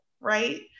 right